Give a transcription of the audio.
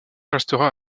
restera